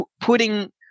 putting